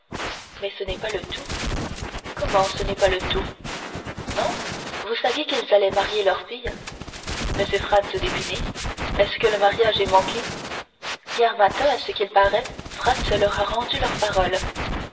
mais ce n'est pas le tout comment ce n'est pas le tout non vous saviez qu'ils allaient marier leur fille m franz d'épinay est-ce que le mariage est manqué hier matin à ce qu'il paraît franz leur a rendu leur parole